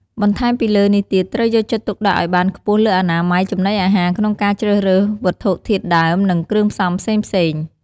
បន្ថែមពីលើនេះទៀតត្រូវយកចិត្តទុកដាក់អោយបានខ្ពស់លើអនាម័យចំណីអាហារក្នុងការជ្រើសរើសវត្ថុធាតុដើមនិងគ្រឿងផ្សំផ្សេងៗ។